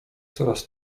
coraz